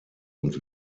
und